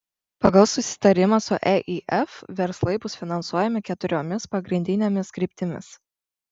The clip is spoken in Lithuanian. pagal susitarimą su eif verslai bus finansuojami keturiomis pagrindinėmis kryptimis